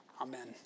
Amen